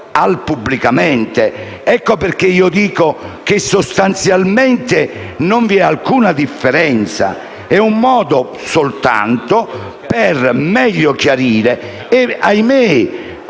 «pubblicamente». Ecco perché io dico che sostanzialmente non vi è alcuna differenza. È soltanto un modo per meglio chiarire e - ahimè,